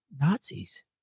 nazis